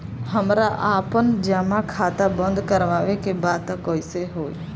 हमरा आपन जमा खाता बंद करवावे के बा त कैसे होई?